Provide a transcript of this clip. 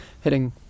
hitting